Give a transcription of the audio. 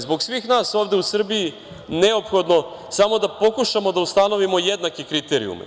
Zbog svih nas ovde u Srbiji je neophodno samo da pokušamo da ustanovimo jednake kriterijume